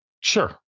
Sure